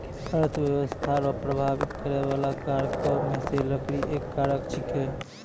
अर्थव्यस्था रो प्रभाबित करै बाला कारको मे से लकड़ी एक कारक छिकै